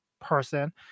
person